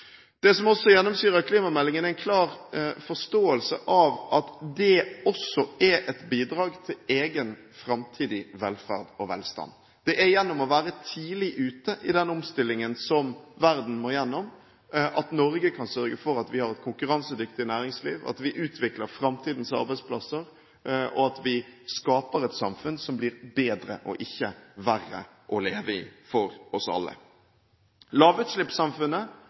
Det som også gjennomsyrer klimameldingen, er en klar forståelse av at det også er et bidrag til egen, framtidig velferd og velstand. Det er gjennom å være tidlig ute i den omstillingen som verden må gjennom, at Norge kan sørge for at vi har et konkurransedyktig næringsliv, at vi utvikler framtidens arbeidsplasser, og at vi skaper et samfunn som blir bedre og ikke verre å leve i, for oss alle. Lavutslippssamfunnet